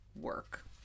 work